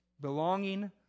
Belonging